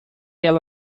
ela